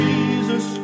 Jesus